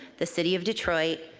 the city of detroit,